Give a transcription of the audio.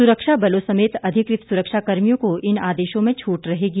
सुरक्षा बलों समेत अधिकृत सुरक्षा कर्मियों को इन आदेशों में छूट रहेगी